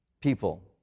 people